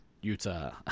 utah